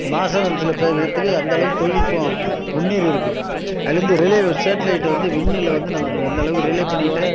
மாசக் கணக்கில் பேசுகிறதுக்கு அந்த அளவு தொழில்நுட்பம் முன்னேறி இருக்குது அதுலேருந்து ரிலே சேட்டிலைட் வந்து விண்ணில் வந்து நமக்கு அந்தளவுக்கு ரிலே பண்ணிக்கிட்டு